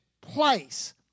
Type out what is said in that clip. place